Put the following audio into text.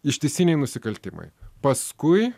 ištisiniai nusikaltimai paskui